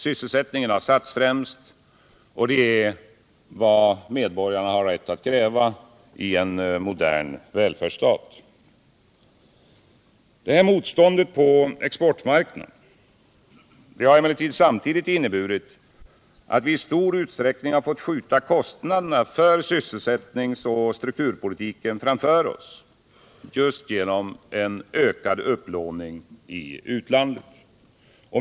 Sysselsättningen har satts främst, och det är vad medborgarna har rätt att kräva i en modern välfärdsstat. Motståndet på exportmarknaden har emellertid samtidigt inneburit att vi i stor utsträckning har fått skjuta kostnaderna för sysselsättningsoch strukturpolitiken framför oss genom ökad upplåning i utlandet.